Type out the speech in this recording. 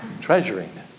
treasuring